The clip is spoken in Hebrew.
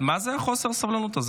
מה זה חוסר הסבלנות הזה?